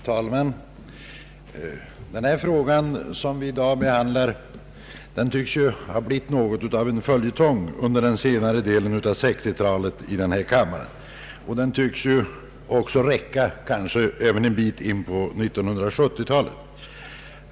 Herr talman! Den fråga som vi i dag behandlar tycks ha blivit något av en följetong i denna kammare under senare delen av 1960-talet, och den tycks också räcka en bit in på 1970-talet.